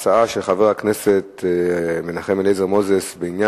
ההצעה של חבר הכנסת מנחם אליעזר מוזס בעניין